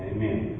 Amen